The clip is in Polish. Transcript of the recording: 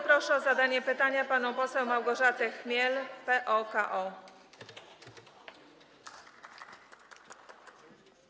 Proszę o zadanie pytania panią poseł Małgorzatę Chmiel, PO-KO.